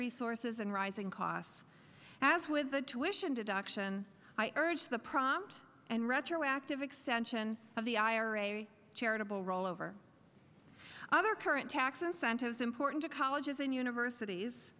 resources and rising costs as with the tuitions deduction i urge the prompt and retroactive extension of the ira charitable rollover other current tax incentives important to colleges and universities